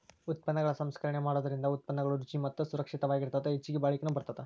ಉತ್ಪನ್ನಗಳ ಸಂಸ್ಕರಣೆ ಮಾಡೋದರಿಂದ ಉತ್ಪನ್ನಗಳು ರುಚಿ ಮತ್ತ ಸುರಕ್ಷಿತವಾಗಿರತ್ತದ ಹೆಚ್ಚಗಿ ಬಾಳಿಕೆನು ಬರತ್ತದ